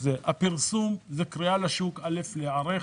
הפרסום זה קריאה לשוק להיערך,